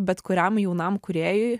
bet kuriam jaunam kūrėjui